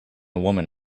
woman